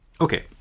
Okay